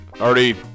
already